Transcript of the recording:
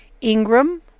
Ingram